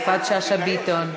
יפעת שאשא ביטון,